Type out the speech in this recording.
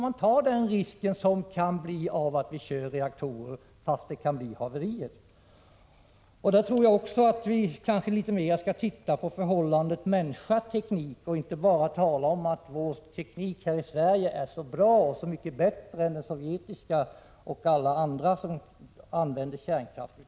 Men den risken får vi ta om vi kör reaktorer trots att haverier kan inträffa. Jag tror att vi skall titta litet mer på förhållandet människa-teknik, och inte bara tala om att vår teknik här i Sverige är så bra och så mycket bättre än tekniken i Sovjetunionen och i andra länder där man använder kärnkraft.